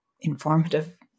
informative